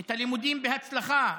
את הלימודים בהצלחה,